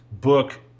book